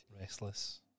Restless